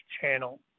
channel